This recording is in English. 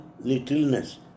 littleness